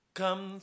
come